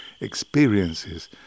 experiences